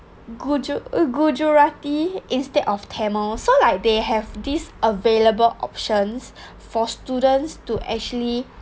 guja~ gujarati instead of tamil so like they have this available options for students to actually